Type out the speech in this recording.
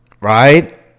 Right